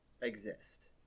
exist